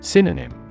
Synonym